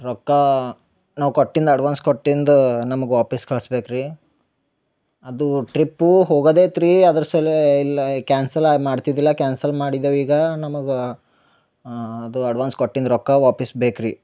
ರೊಕ್ಕ ನಾವು ಕಟ್ಟಿಂದ ಅಡ್ವಾನ್ಸ್ ಕೊಟ್ಟಿಂದ ನಮಗ ವಾಪಿಸ್ಸು ಕಳ್ಸ್ಬೇಕು ರೀ ಅದು ಟ್ರಿಪ್ಪು ಹೋಗದೇತು ರೀ ಅದ್ರ ಸಲೇ ಇಲ್ಲ ಕ್ಯಾನ್ಸಲಾಯ್ ಮಾಡ್ತಿದ್ದಿಲ್ಲ ಕ್ಯಾನ್ಸಲ್ ಮಾಡಿದೇವು ಈಗ ನಮಗೆ ಅದು ಅಡ್ವಾನ್ಸ್ ಕೊಟ್ಟಿಂದ ರೊಕ್ಕ ವಾಪಸ್ ಬೇಕು ರೀ